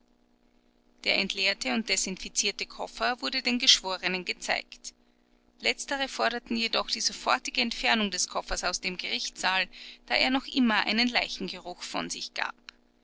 der entleerte und desinfizierte koffer wurde den geschworenen gezeigt letztere forderten jedoch die sofortige entfernung des koffers aus dem gerichtssaal da er noch immer einen leichengeruch von sich gab